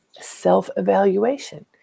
self-evaluation